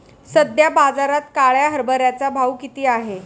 सध्या बाजारात काळ्या हरभऱ्याचा भाव किती आहे?